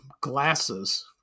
glasses